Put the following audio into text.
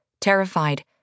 terrified